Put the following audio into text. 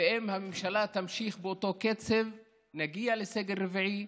אם הממשלה תמשיך באותו קצב נגיע לסגר רביעי,